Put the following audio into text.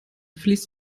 fließt